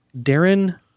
Darren